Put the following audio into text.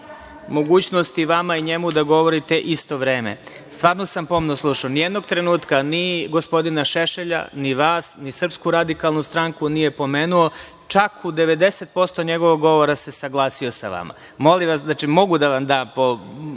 mogućnost i vama i njemu da govorite isto vreme. Stvarno sam pomno slušao. Nijednog trenutka ni gospodina Šešelja, ni vas, ni SRS nije pomenuo. Čak u 90% njegovog govora se saglasio sa vama. Molim vas, mogu da vam dam